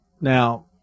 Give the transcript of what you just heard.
Now